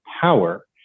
power